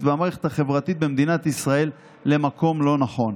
והמערכת החברתית במדינת ישראל למקום לא נכון.